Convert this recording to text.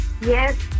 Yes